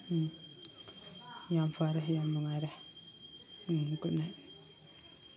ꯌꯥꯝ ꯐꯔꯦ ꯌꯥꯝ ꯅꯨꯡꯉꯥꯏꯔꯦ ꯒꯨꯠ ꯅꯥꯏꯠ